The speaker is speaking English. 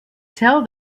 tell